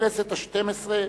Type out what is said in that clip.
ובכנסת השתים-עשרה